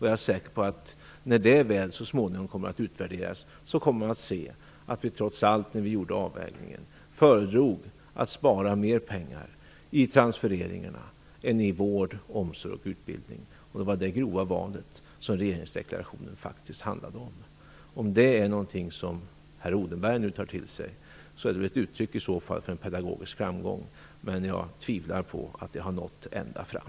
Jag är säker på att när de så småningom utvärderas kommer man att se att vi trots allt, när vi gjorde avvägningen, föredrog att spara mer pengar i transfereringarna än i vård, omsorg och utbildning. Det var det grova val som regeringsdeklarationen handlade om. Om Mikael Odenberg nu tar till sig detta är det väl uttryck för en pedagogisk framgång. Men jag tvivlar på att det har nått ända fram.